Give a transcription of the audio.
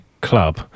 club